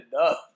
enough